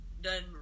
done